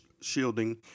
shielding